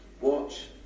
Watch